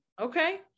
Okay